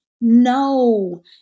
No